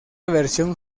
versión